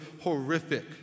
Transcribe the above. horrific